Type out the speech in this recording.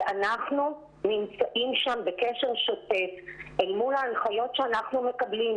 ואנחנו נמצאים שם בקשר שוטף אל מול ההנחיות שאנחנו מקבלים,